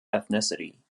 ethnicity